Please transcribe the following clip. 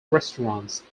restaurants